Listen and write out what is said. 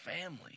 family